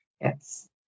Yes